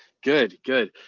good. good.